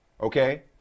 Okay